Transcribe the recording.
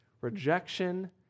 rejection